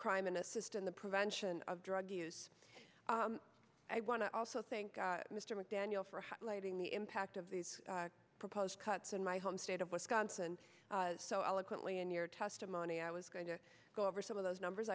crime and assist in the prevention of drug use i want to also thank mr mcdaniel for highlighting the impact of these proposed cuts in my home state of wisconsin so eloquently in your testimony i was going to go over some of those numbers